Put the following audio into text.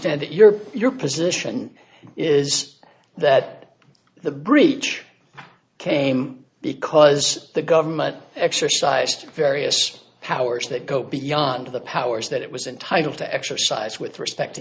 that your your position is that the breach came because the government exercised various powers that go beyond the powers that it was entitled to exercise with respect to